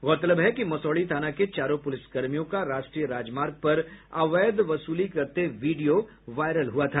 गौरतलब है कि मसौढ़ी थाना के चारों पुलिस कर्मियों का राष्ट्रीय राजमार्ग पर अवैध वसूली करते वीडियो वायरल हुआ था